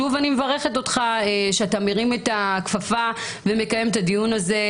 שוב אני מברכת אותך שאתה מרים את הכפפה ומקיים את הדיון הזה.